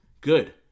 Good